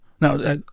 Now